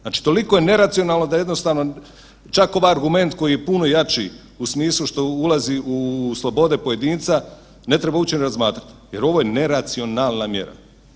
Znači toliko je neracionalno da jednostavno čak ovaj argument koji je puno jači u smislu što ulazi u slobode pojedinca ne treba uopće ni razmatrati jer ovo je neracionalna mjera.